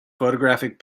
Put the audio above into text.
photographic